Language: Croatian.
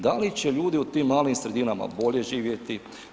Da li će ljudi u tim malim sredinama bolje živjeti?